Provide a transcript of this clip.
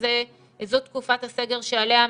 שזאת תקופת הסגר שעליה מדברים.